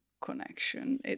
connection